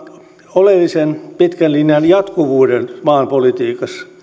oleellisen pitkän linjan jatkuvuuden maan politiikassa